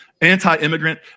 anti-immigrant